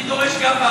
אני דורש גם,